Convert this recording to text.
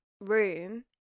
room